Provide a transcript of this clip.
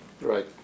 Right